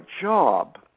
job